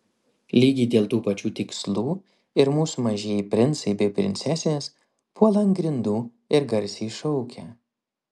lygiai dėl tų pačių tikslų ir mūsų mažieji princai bei princesės puola ant grindų ir garsiai šaukia